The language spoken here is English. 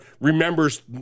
remembers